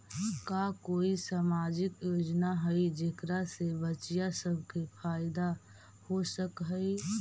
का कोई सामाजिक योजना हई जेकरा से बच्चियाँ सब के फायदा हो सक हई?